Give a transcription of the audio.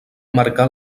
marcà